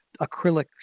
acrylic